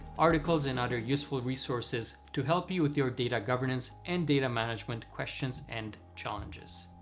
articles, and other useful resources to help you with your data governance and data management questions and challenges.